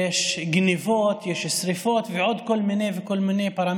יש גנבות, יש שרפות ועוד כל מיני פרמטרים,